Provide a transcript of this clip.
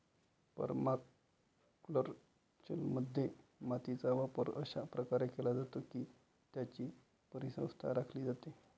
परमाकल्चरमध्ये, मातीचा वापर अशा प्रकारे केला जातो की त्याची परिसंस्था राखली जाते